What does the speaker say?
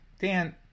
Dan